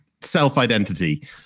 self-identity